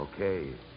Okay